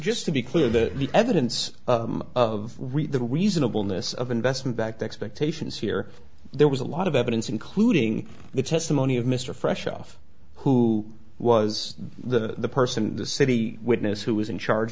just to be clear the evidence of reasonable ness of investment backed expectations here there was a lot of evidence including the testimony of mr fresh off who was the person in the city witness who was in charge